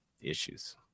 issues